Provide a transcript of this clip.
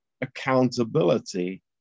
accountability